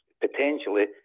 potentially